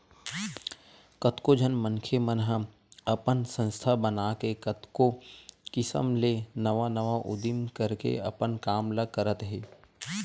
कतको झन मनखे मन ह अपन संस्था बनाके कतको किसम ले नवा नवा उदीम करके अपन काम ल करत हे